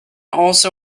also